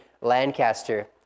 Lancaster